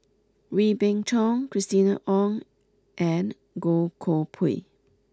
Wee Beng Chong Christina Ong and Goh Koh Pui